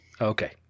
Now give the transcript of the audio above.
Okay